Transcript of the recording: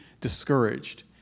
discouraged